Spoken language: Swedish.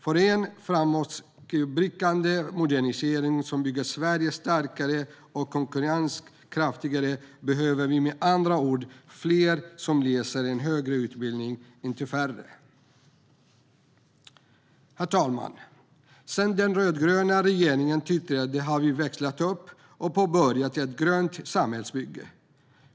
För en framåtblickande modernisering som bygger Sverige starkare och konkurrenskraftigare behöver vi med andra ord fler som läser en högre utbildning - inte färre. Herr talman! Sedan den rödgröna regeringen tillträdde har vi växlat upp och påbörjat ett grönt samhällsbygge.